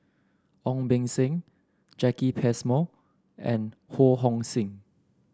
Ong Beng Seng Jacki Passmore and Ho Hong Sing